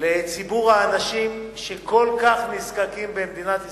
לציבור האנשים שכל כך נזקקים במדינת ישראל.